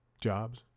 Jobs